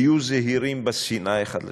היו זהירים בשנאה האחד לשני.